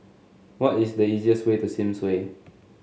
what is the easiest way to Sims Way